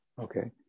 Okay